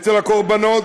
אצל הקורבנות,